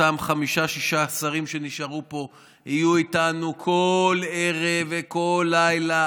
אותם חמישה-שישה שרים שנשארו פה יהיו איתנו כל ערב וכל לילה,